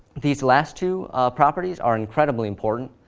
these last two properties are incredibly important.